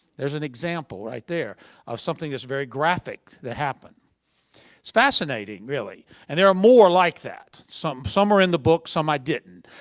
there's an example right there of something that's very graphic, that happened. it's fascinating really. and there are more like that. some some are in the book, some i didn't.